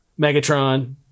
Megatron